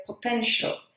potential